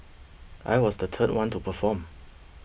I was the third one to perform